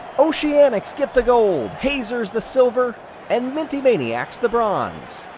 oceanics get the gold hazers, the silver and minty maniacs, the bronze.